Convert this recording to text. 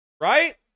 Right